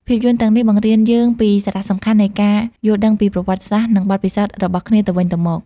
ភាពយន្តទាំងនេះបង្រៀនយើងពីសារៈសំខាន់នៃការយល់ដឹងពីប្រវត្តិសាស្រ្ត និងបទពិសោធន៍របស់គ្នាទៅវិញទៅមក។